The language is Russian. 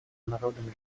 народам